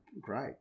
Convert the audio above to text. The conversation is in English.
great